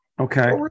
Okay